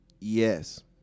Yes